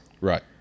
Right